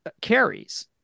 Carrie's